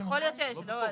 לא,